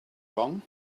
wrong